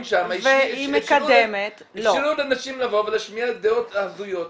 שם אפשרו לנשים לבוא ולהשמיע דעות הזויות.